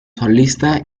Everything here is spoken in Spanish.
solista